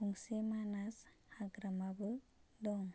गंसे मानास हाग्रामाबो दं